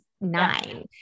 nine